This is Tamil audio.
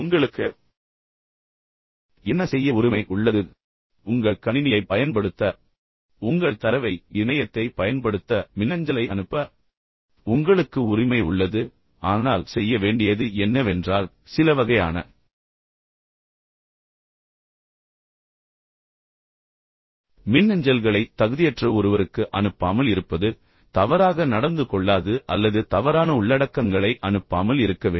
உங்களுக்கு என்ன செய்ய உரிமை உள்ளது என்பதற்கான வித்தியாசம் என்னவென்றால் உங்கள் கணினியைப் பயன்படுத்த உங்கள் தரவை இணையத்தை பயன்படுத்த மின்னஞ்சலை அனுப்ப உங்களுக்கு உரிமை உண்டு உங்களுக்கு உரிமை உள்ளது ஆனால் செய்ய வேண்டியது என்னவென்றால் சில வகையான மின்னஞ்சல்களை தகுதியற்ற ஒருவருக்கு அனுப்பாமல் இருப்பது தவறாக நடந்து கொள்ளாதது அல்லது தவறான உள்ளடக்கங்களை அனுப்பாமல் இருக்க வேண்டும்